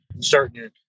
certain